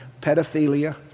pedophilia